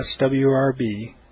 SWRB